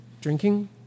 drinking